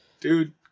Dude